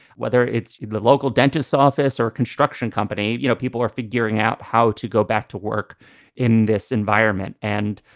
whether it's the local dentist's office or construction company. you know, people are figuring out how to go back to work in this environment. and,